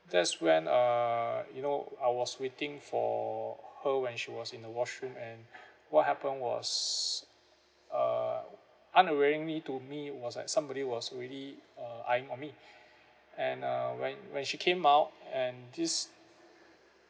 that's when uh you know I was waiting for her when she was in a washroom and what happened was uh to me was like somebody was already uh eyeing on me and uh when when she came out and these